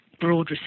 broad